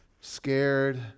scared